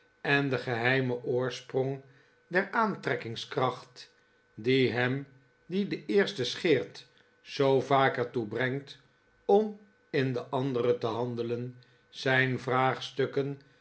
en de geheime oorsprong der aantrekkingskracht die hem die de eerste scheert zoo vaak er toe brengt om in de andere te handelen zijn vraagstukken